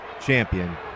champion